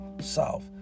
south